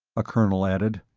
a colonel added.